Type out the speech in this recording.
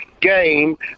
game